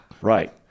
Right